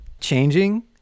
changing